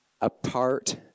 Apart